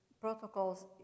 protocols